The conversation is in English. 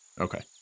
Okay